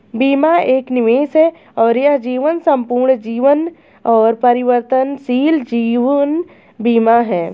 बीमा एक निवेश है और यह जीवन, संपूर्ण जीवन और परिवर्तनशील जीवन बीमा है